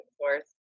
source